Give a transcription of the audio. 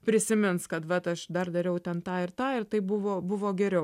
prisimins kad bet aš dar dariau ten tą ir tą ir tai buvo buvo geriau